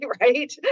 right